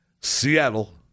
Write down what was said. Seattle